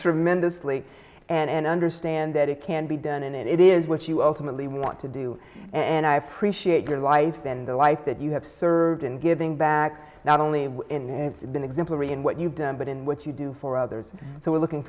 tremendously and understand that it can be done and it is what you ultimately want to do and i appreciate your life and the life that you have served and giving back not only when it's been exemplary in what you've done but in what you do for others so we're looking